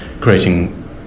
creating